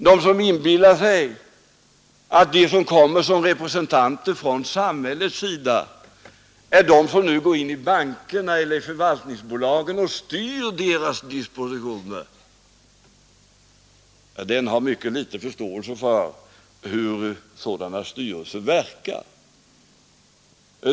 De som inbillar sig att representanterna från samhällets sida nu går in i bankerna eller förvaltningsbolagen och styr deras dispositioner har mycket litet förståelse för hur sådana styrelser verkar.